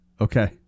Okay